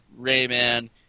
Rayman